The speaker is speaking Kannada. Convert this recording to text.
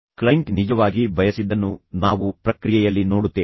ಕ್ಲೈಂಟ್ ನಿಜವಾಗಿ ಬಯಸಿದ್ದನ್ನು ನಾವು ಪ್ರಕ್ರಿಯೆಯಲ್ಲಿ ನೋಡುತ್ತೇವೆ